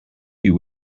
you